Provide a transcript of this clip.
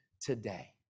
today